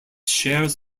shares